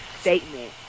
statement